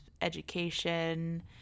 education